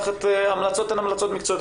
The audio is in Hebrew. ההמלצות הן המלצות מקצועיות'.